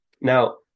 Now